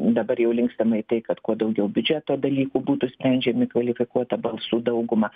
dabar jau linkstama į tai kad kuo daugiau biudžeto dalykų būtų sprendžiami kvalifikuota balsų dauguma